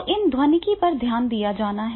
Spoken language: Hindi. तो इन ध्वनिकी पर ध्यान दिया जाना है